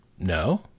No